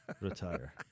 retire